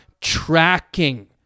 tracking